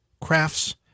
crafts